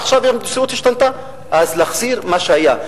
עכשיו המציאות השתנתה, אז להחזיר את מה שהיה.